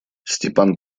степан